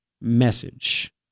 message